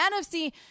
NFC